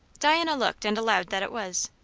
diana looked and allowed that it was.